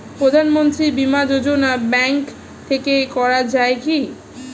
প্রধানমন্ত্রী বিমা যোজনা ব্যাংক থেকে করা যায় কি?